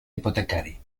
hipotecari